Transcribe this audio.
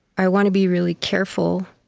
i want to be really careful